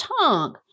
tongue